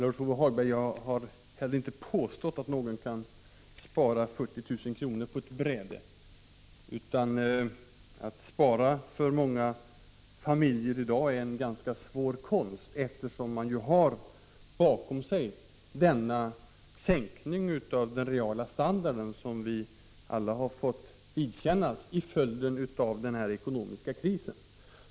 Fru talman! Jag har inte påstått att någon kan spara 40 000 kr. på ett bräde. Att spara är för många familjer i dag en svår konst, eftersom man har bakom sig en sänkning av den reala standarden — en sänkning som vi alla har fått vidkännas i följd av den ekonomiska krisen.